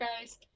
guys